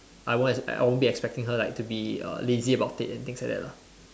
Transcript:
I won't I won't be expecting her like to be err lazy about it and things like that lah